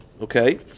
Okay